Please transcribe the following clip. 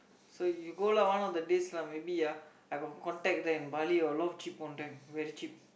so you go lah one of the days lah maybe uh I got contact there in Bali a lot of cheap contact very cheap